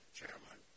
chairman